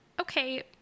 okay